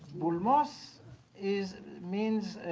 bulmos is means